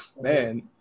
Man